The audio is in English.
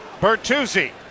Bertuzzi